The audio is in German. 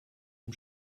dem